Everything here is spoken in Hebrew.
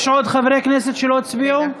יש עוד חברי כנסת שלא הצביעו?